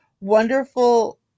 wonderful